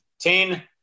ten